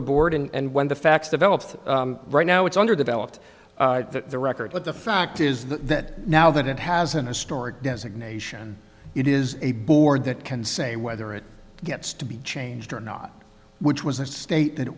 the board and when the facts developed right now it's underdeveloped that the record but the fact is that now that it hasn't historic designation it is a board that can say whether it gets to be changed or not which was a state that it